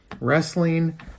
Wrestling